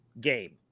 game